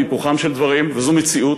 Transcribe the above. בהיפוכם של דברים זו מציאות,